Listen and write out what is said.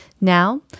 Now